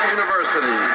University